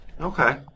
Okay